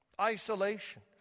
Isolation